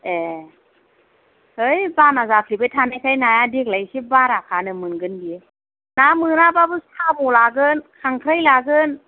ए है मोनो बाना जाफ्लेबाय थानायखाय नाया देग्लाय एसे बारा खानो मोनो बियो ना मोना बाबो साम' लागोन खांख्राइ लागोन